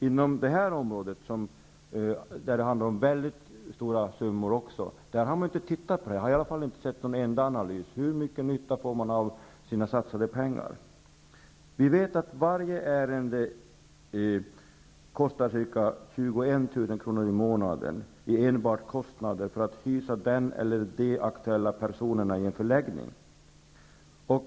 Inom detta område, som handlar om väldiga summor, har man inte tittat på detta. Jag har i alla fall inte sett någon enda analys av hur mycket nytta man får av satsade pengar. Vi vet att varje ärende kostar ca 21 000 kr. i månaden enbart i kostnader för att hysa de aktuella personerna i en förläggning.